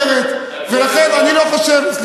חלק אומרים אחרת, ולכן אני לא חושב, מילה.